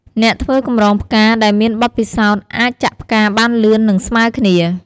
អ្នកធ្វើកម្រងផ្កាដែលមានបទពិសោធន៍អាចចាក់ផ្កាបានលឿន និងស្មើគ្នា។